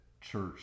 Church